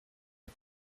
est